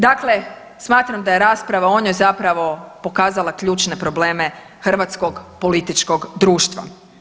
Dakle, smatram da je rasprava o njoj zapravo pokazala ključne probleme hrvatskog političkog društva.